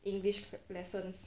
english lessons